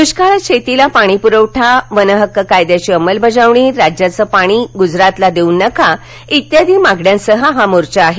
दुष्काळात शेतीला पाणी पुरवठा वन हक्क कायद्याची अंमलबजावणी राज्याचं पाणी गुजरातला देऊ नका व्यादी मागण्यासाठी हा मोर्चा आहे